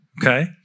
Okay